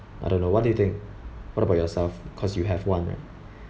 I don't know what do you think what about yourself cause you have one right